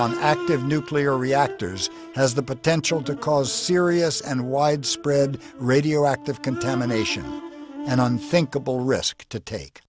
on active nuclear reactors has the potential to cause serious and widespread radioactive contamination and unthinkable risk to take